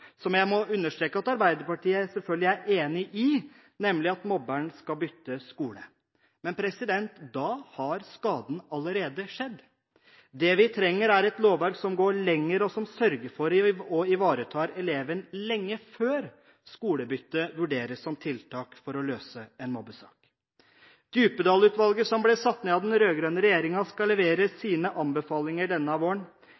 som jeg må understreke at Arbeiderpartiet selvfølgelig er enig i – nemlig at mobberen skal bytte skole. Men da har skaden allerede skjedd. Det vi trenger, er et lovverk som går lenger, og som sørger for og ivaretar eleven lenge før skolebytte vurderes som tiltak for å løse en mobbesak. Djupedal-utvalget, som ble satt ned av den rød-grønne regjeringen, skal levere sine anbefalinger denne våren.